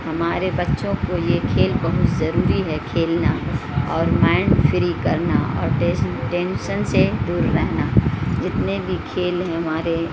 ہمارے بچوں کو یہ کھیل بہت ضروری ہے کھیلنا اور مائنڈ فری کرنا اور ٹینشن سے دور رہنا جتنے بھی کھیل ہیں ہمارے